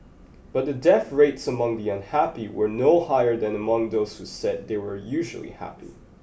but the death rates among the unhappy were no higher than among those who said they were usually happy